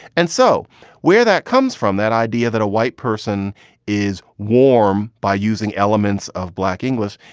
and so where that comes from, that idea that a white person is warm by using elements of black english,